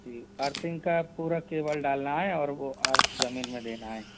जी earthing का पूरा cable डालना है और वो अर्थ जमीन में देना है